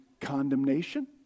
condemnation